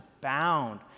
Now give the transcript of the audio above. bound